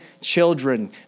children